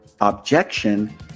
objection